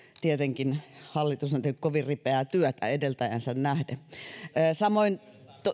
tietenkin hallitus on tehnyt kovin ripeää työtä edeltäjäänsä nähden samoin korostaisin